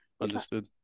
Understood